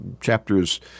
chapters